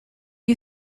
you